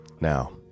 Now